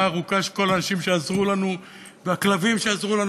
הארוכה של כל האנשים שעזרו לנו והכלבים שעזרו לנו,